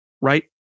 right